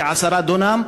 כ-10 דונם,